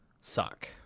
suck